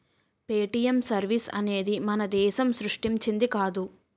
Paytm service అనేది మన దేశం సృష్టించింది కాదు